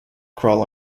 crawl